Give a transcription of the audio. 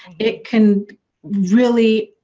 it can really.